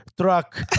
truck